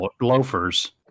loafers